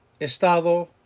estado